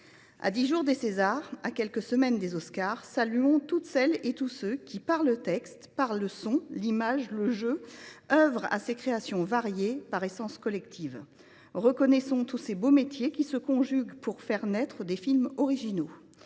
À dix jours des Césars, à quelques semaines des Oscars, saluons toutes celles et tous ceux qui, par le texte, par le son, par l’image, par le jeu, œuvrent à ces créations variées, par essence collectives. Reconnaissons tous ces beaux métiers qui se conjuguent pour faire naître des films originaux.